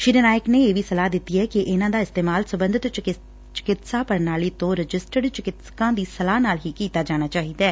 ਸ੍ਰੀ ਨਾਇਕ ਨੇ ਇਹ ਸਲਾਹ ਵੀ ਦਿੱਤੀ ਐ ਕਿ ਇਨ੍ਹਾਂ ਦਾ ਇਸਤੇਮਾਲ ਸਬੰਧਤ ਚਿਕਿਤਸਾ ਪ੍ਰਣਾਲੀ ਤੋਂ ਰਜਿਸਟਡ ਚਿਕਿਤਸਕਾਂ ਦੀ ਸਲਾਹ ਨਾਲ ਕੀਤਾ ਜਾਣਾ ਚਾਹੀਦੈ